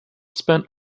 spent